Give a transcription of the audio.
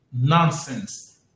nonsense